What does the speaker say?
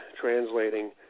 translating